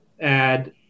add